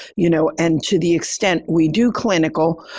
you know, and to the extent, we do clinical,